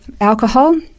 alcohol